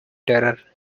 terror